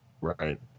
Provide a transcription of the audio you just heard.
right